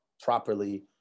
properly